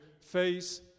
face